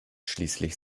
schließlich